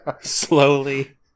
slowly